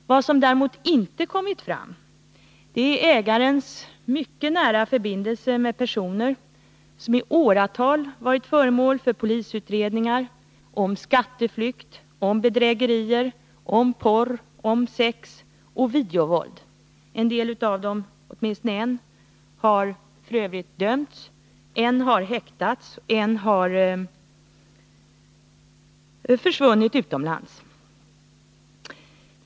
Vad som däremot inte kommit fram är ägarens mycket nära förbindelser med personer som i åratal varit föremål för polisutredningar om skatteflykt, bedrägerier, porr, sex och videovåld. F. ö. har en del av dem — åtminstone en — dömts, en har häktats, och en har försvunnit utomlands.